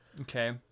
Okay